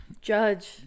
judge